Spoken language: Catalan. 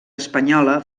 espanyola